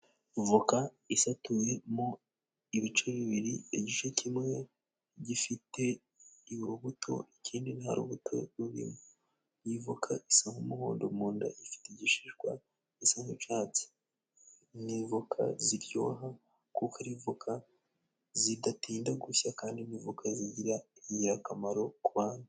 voka isatuyemo ibice bibiri, igice kimwe gifite urubuto ikindi nta rubuto rurimo. Iyi voka isa nk'umuhondo mu nda, ifite igishishwa gisa n'icatsi. Ni ivoka ziryoha kuko ari voka zidatinda gushya kandi ni voka zigira ingirakamaro ku bantu.